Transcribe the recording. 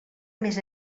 més